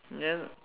then